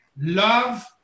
love